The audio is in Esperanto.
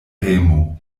hejmo